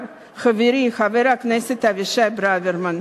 אמר חברי חבר הכנסת אבישי ברוורמן: